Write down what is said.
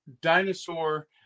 dinosaur